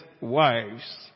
wives